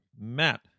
Matt